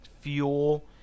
fuel